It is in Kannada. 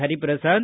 ಹರಿಪ್ರಸಾದ್